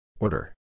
Order